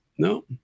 No